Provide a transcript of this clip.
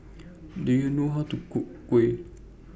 Do YOU know How to Cook Kuih